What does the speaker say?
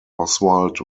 oswald